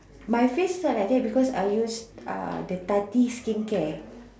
my face is not like that because I use uh the Tati skincare